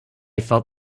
felt